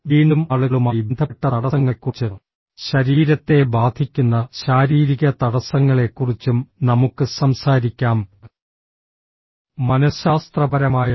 വീണ്ടും ആളുകളുമായി ബന്ധപ്പെട്ട തടസ്സങ്ങളെക്കുറിച്ച് ശരീരത്തെ ബാധിക്കുന്ന ശാരീരിക തടസ്സങ്ങളെക്കുറിച്ചും നമുക്ക് സംസാരിക്കാം മനഃശാസ്ത്രപരമായവ